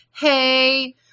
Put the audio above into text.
hey